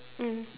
mmhmm